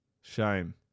shame